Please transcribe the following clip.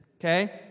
Okay